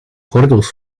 gordels